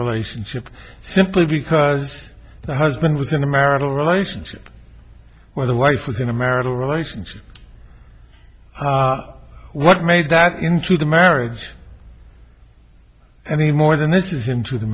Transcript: relationship simply because the husband was in the marital relationship where the wife was in a marital relationship what made that into the marriage any more than it is into the